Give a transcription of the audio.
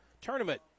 tournament